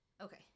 Okay